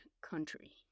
country